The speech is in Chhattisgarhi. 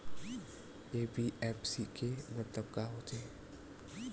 एन.बी.एफ.सी के मतलब का होथे?